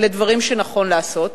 אלה דברים שנכון לעשות.